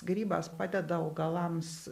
grybas padeda augalams